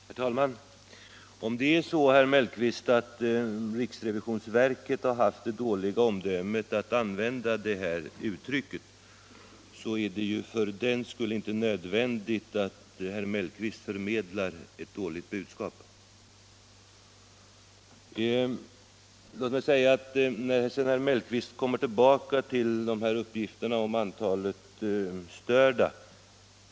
Herr talman! Om det är så, herr Mellqvist, att riksrevisionsverket har haft det dåliga omdömet att använda det här uttrycket är det för den skull inte nödvändigt att herr Mellqvist sprider det. Herr Mellqvist kommer sedan tillbaka till uppgifterna om antalet störda.